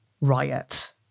riot